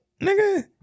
nigga